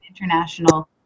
International